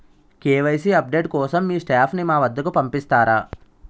KYC update కోసం మీ staff ని మా వద్దకు పంపిస్తారా?